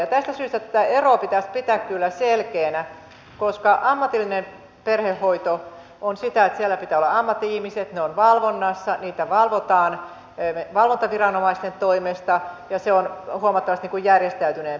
tästä syystä tätä eroa pitäisi pitää kyllä selkeänä koska ammatillinen perhehoito on sitä että siellä pitää olla ammatti ihmiset se on valvonnassa sitä valvotaan valvontaviranomaisten toimesta ja se on huomattavasti järjestäytyneempää